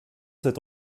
cet